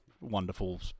wonderful